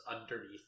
underneath